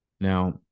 Now